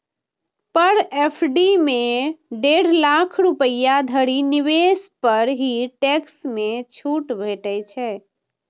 पर FD मे डेढ़ लाख रुपैया धरि निवेश पर ही टैक्स मे छूट भेटै छै